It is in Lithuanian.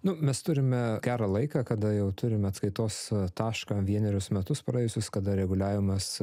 nu mes turime gerą laiką kada jau turim atskaitos e tašką vienerius metus praėjusius kada reguliavimas